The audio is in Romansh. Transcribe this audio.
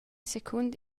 secund